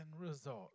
result